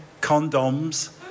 Condoms